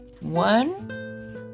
One